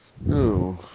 No